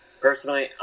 Personally